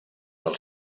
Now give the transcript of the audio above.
del